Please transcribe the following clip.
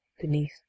beneath